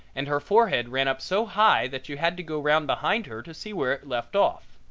and her forehead ran up so high that you had to go round behind her to see where it left off.